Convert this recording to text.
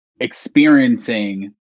experiencing